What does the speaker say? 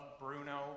Bruno